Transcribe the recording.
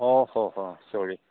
অঁ হ হ চৰি